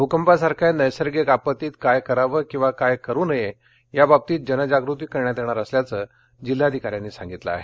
भूंकपासारख्या नैसर्गिक आपत्तीत काय करावं किंवा काय करू नये या बाबतीत जनजागृती करण्यात येणार असल्याचं जिल्हाधिकाऱ्यांनी सांगितलं आहे